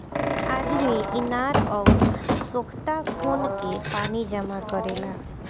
आदमी इनार अउर सोख्ता खोन के पानी जमा करेला